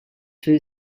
two